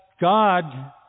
God